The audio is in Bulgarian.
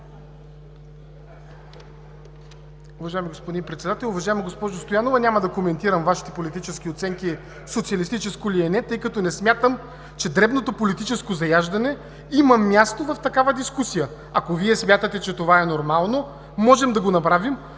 Уважаеми господин Председател, уважаема госпожо Стоянова! Няма да коментирам Вашите политически оценки – социалистическо ли е, или не, тъй като не смятам, че дребното политическо заяждане има място в такава дискусия. Ако Вие смятате, че това е нормално, можем да го направим,